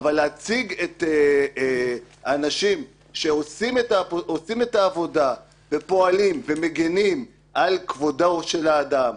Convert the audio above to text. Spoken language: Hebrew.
אבל להציג את האנשים שעושים את העבודה ופועלים ומגנים על כבודו של האדם,